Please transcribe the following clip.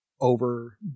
over